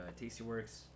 Tastyworks